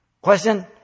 Question